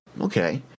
Okay